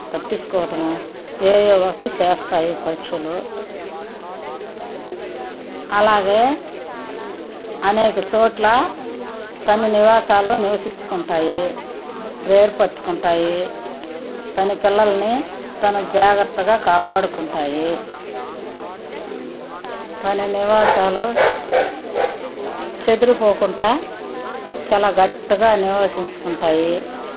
తప్పించుకోవటమో ఏవో ఒకటి చేస్తాయి పక్షులు అలాగే అనేక చోట్ల తమ నివాసాలు నివసించుకుంటాయి ఏర్పచుకుంటాయి తమ పిల్లల్ని తను జాగ్రత్తగా కాపాడుకుంటాయి తన నివాసాలు చెదిరిపోకుండా చాలా గట్టిగా నివసించుకుంటాయి